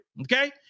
okay